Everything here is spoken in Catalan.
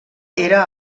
era